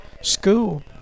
school